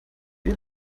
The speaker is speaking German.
wir